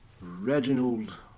Reginald